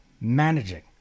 managing